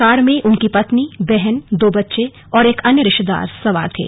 car में उनकी पत्नी बहन दो बच्चे और एक अन्य रिश्तेदार सवार थे